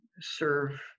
serve